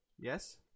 Yes